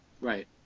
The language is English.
Right